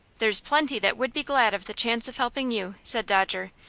there's plenty that would be glad of the chance of helping you, said dodger,